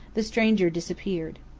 the stranger disappeared.